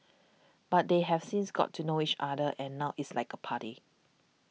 but they have since got to know each other and now it is like a party